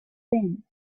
them